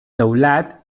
teulat